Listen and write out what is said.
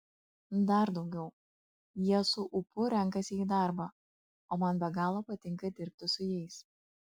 dar daugiau jie su ūpu renkasi į darbą o man be galo patinka dirbti su jais